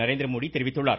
நரேந்திரமோடி தெரிவித்துள்ளார்